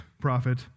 prophet